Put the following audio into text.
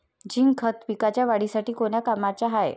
Zinc खत पिकाच्या वाढीसाठी कोन्या कामाचं हाये?